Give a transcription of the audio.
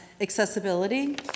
accessibility